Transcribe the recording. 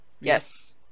Yes